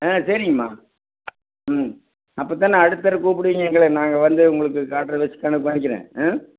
ஆ சரிங்கம்மா ம் அப்போ தானே அடுத்த தடவை கூப்பிடுவீங்க எங்களை நாங்கள் வந்து உங்களுக்கு காட்டுறவச்சு தானே காமிக்கிறேன் ஆ